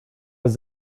does